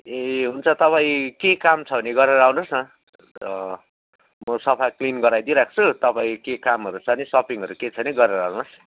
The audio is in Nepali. ए हुन्छ तपाईँ केही काम छ भने गरेर आउनुहोस् न बरू सफा क्लिन गराइदिई राख्छु तपाईँ केही कामहरू छ भने सपिङहरू केही छ भने गरेर आउनुहोस्